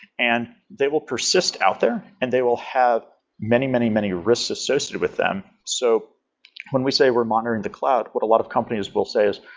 and they will persist out there and they will have many, many, many risks associated with them so when we say we're monitoring the cloud, what a lot of companies will say is,